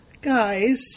guys